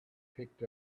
picked